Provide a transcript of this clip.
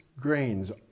grains